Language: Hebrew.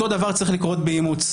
אותו דבר צריך לקרות באימוץ.